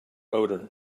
odor